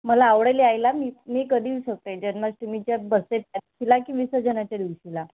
मला आवडेल यायला मी मी कधी येऊ शकते जन्माष्टमीच्या की विसर्जनाच्या दिवशीला